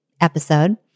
episode